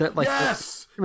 Yes